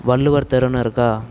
வள்ளுவர் தெருன்னு இருக்கா